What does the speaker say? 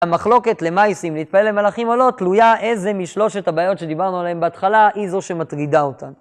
המחלוקת למייסים, להתפעל למלאכים או לא, תלויה איזה משלושת הבעיות שדיברנו עליהן בהתחלה היא זו שמטרידה אותן.